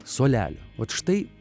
suolelio vat štai